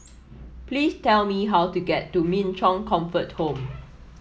please tell me how to get to Min Chong Comfort Home